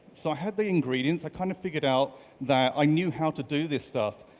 so i had the ingredients, i kind of figured out that i knew how to do this stuff,